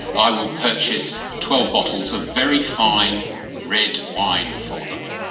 i will purchase twelve bottles of very fine red wine for them.